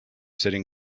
sitting